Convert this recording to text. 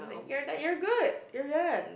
you're done you're good you're done